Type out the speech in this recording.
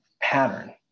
pattern